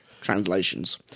translations